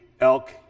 elk